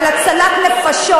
על הצלת נפשות.